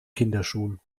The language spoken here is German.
kinderschuhen